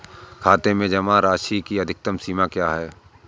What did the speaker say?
खाते में जमा राशि की अधिकतम सीमा क्या है?